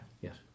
Yes